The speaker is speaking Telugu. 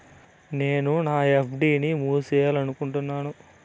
నేను నా ఎఫ్.డి ని మూసేయాలనుకుంటున్నాను